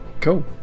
cool